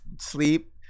sleep